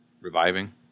reviving